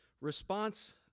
response